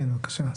כן, בבקשה.